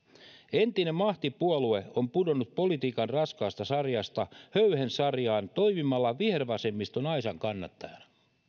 entinen mahtipuolue on pudonnut politiikan raskaasta sarjasta höyhensarjaan toimimalla vihervasemmiston aisankannattajana